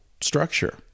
structure